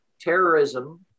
terrorism